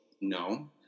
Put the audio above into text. No